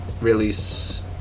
release